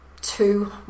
two